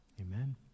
Amen